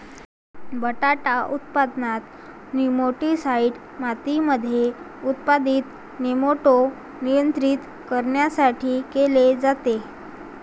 बटाटा उत्पादनात, नेमाटीसाईड मातीमध्ये उत्पादित नेमाटोड नियंत्रित करण्यासाठी केले जाते